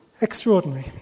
Extraordinary